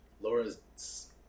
Laura's